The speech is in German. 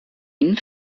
ihnen